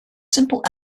simple